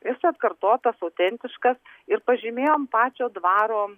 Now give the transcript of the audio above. jis atkartotas autentiškas ir pažymėjom pačio dvaro